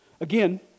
Again